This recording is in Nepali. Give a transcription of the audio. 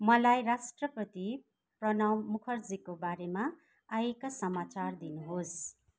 मलाई राष्ट्रपति प्रणव मुखर्जीकोबारेमा आएका समाचार दिनुहोस्